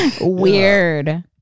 Weird